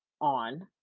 on